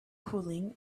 cooling